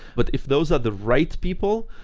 but if those of the right people,